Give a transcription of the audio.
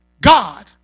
God